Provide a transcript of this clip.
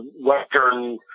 western